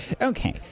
Okay